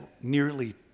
nearly